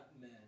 men